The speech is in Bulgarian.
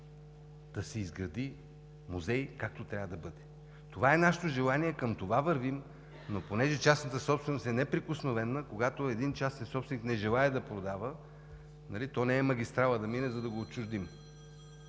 да се изгради музей, както трябва да бъде. Това е нашето желание. Към това вървим, но понеже частната собственост е неприкосновена, когато един частен собственик не желае да продава – не е магистрала да мине, за да го отчуждим,